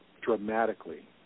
Dramatically